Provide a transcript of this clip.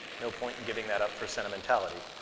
no point in giving that up for sentimentality.